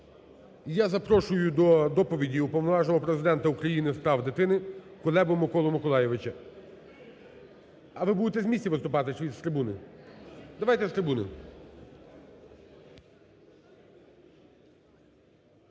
я запрошую до доповіді Уповноваженого Президент України з прав дитини Кулебу Миколу Миколайовича. А ви будете з місця виступати, чи з трибуни? Давайте з трибуни.